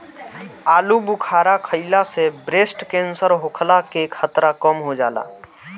आलूबुखारा खइला से ब्रेस्ट केंसर होखला के खतरा कम हो जाला